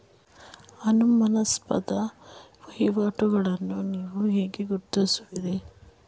ಅನುಮಾನಾಸ್ಪದ ವಹಿವಾಟುಗಳನ್ನು ನೀವು ಹೇಗೆ ಗುರುತಿಸುತ್ತೀರಿ?